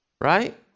right